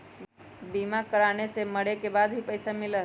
बीमा कराने से मरे के बाद भी पईसा मिलहई?